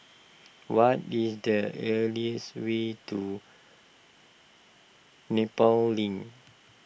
what is the earliest way to Nepal Link